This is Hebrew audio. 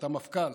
את המפכ"ל.